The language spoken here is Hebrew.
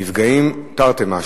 נפגעים תרתי משמע,